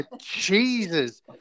Jesus